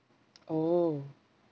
oh